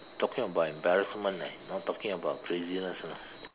talking about embarrassment leh not talking about craziness you know